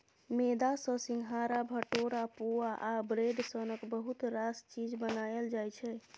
मेदा सँ सिंग्हारा, भटुरा, पुआ आ ब्रेड सनक बहुत रास चीज बनाएल जाइ छै